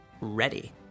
Ready